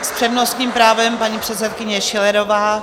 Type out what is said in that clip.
S přednostním právem paní předsedkyně Schillerová.